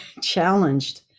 challenged